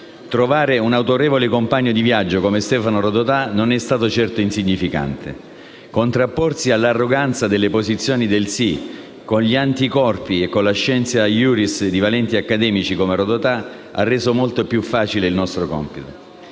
trovare un autorevole compagno di viaggio come Stefano Rodotà non è stato certo insignificante. Contrapporsi all'arroganza delle posizioni del sì con gli anticorpi e con la *scientia iuris* di valenti accademici come Rodotà ha reso molto più facile il nostro compito.